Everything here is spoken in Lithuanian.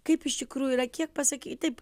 kaip iš tikrųjų yra kiek pasakei taip